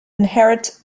inherit